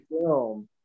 film